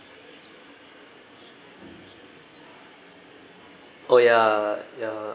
oh yeah yeah